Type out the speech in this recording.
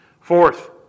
Fourth